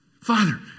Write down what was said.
Father